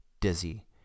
dizzy